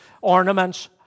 ornaments